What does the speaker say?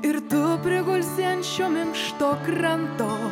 ir tu prigulsi ant šio minkšto kranto